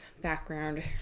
background